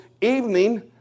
evening